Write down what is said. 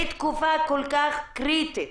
בתקופה כל כך קריטית